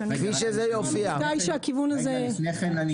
לפני כן,